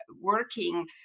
working